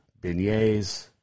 beignets